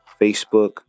Facebook